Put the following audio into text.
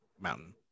mountain